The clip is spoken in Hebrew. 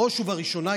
בראש ובראשונה,